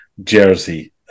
jersey